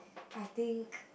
I think